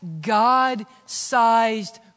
God-sized